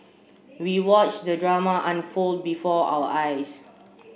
we watched the drama unfold before our eyes